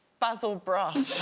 basil brush.